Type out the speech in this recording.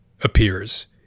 appears